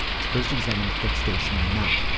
let's first examine the fixed stationary mount.